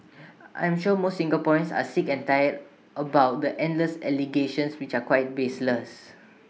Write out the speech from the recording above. I am sure most Singaporeans are sick and tired about the endless allegations which are quite baseless